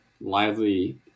lively